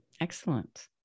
Excellent